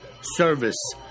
service